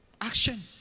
Action